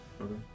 Okay